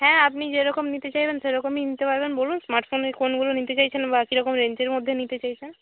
হ্যাঁ আপনি যেরকম নিতে চাইবেন সেরকমই নিতে পারবেন বলুন স্মার্ট ফোনে কোনগুলো নিতে চাইছেন বা কী রকম রেঞ্জের মধ্যে নিতে চাইছেন